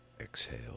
Exhale